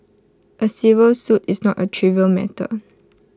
A civil suit is not A trivial matter